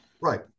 right